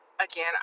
Again